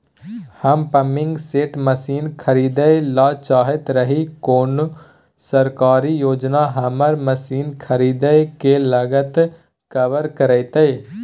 हम pumping set machine खरीदैय ल चाहैत रही कोन सरकारी योजना हमर मसीन खरीदय के लागत कवर करतय?